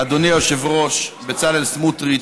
אדוני היושב-ראש בצלאל סמוטריץ,